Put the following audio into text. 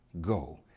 go